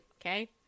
okay